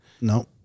No